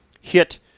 hit